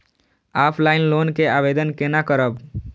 Offline loan के आवेदन केना करब?